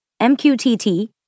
MQTT